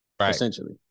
essentially